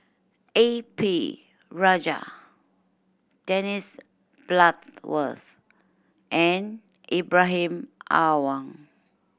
A P Rajah Dennis Bloodworth and Ibrahim Awang